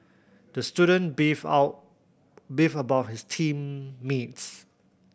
the student beefed out beefed about his team mates